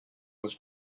was